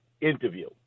interview